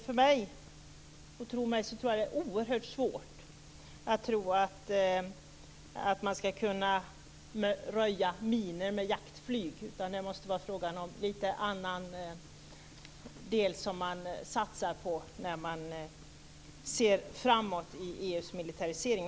För mig är det oerhört svårt att tro att man ska kunna röja minor med jaktflyg. Det måste vara en annan del som man satsar på när man ser framåt i EU:s militarisering.